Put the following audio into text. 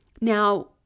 Now